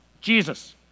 Jesus